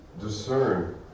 discern